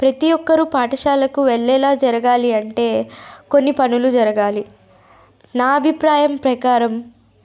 ప్రతీ ఒక్కరూ పాఠశాలకి వెళ్ళేలా జరగాలి అంటే కొన్ని పనులు జరగాలి నా అభిప్రాయం ప్రకారం